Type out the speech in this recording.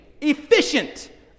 efficient